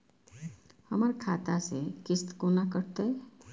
हमर खाता से किस्त कोना कटतै?